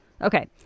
Okay